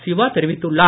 சிவா தெரிவித்துள்ளார்